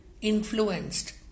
influenced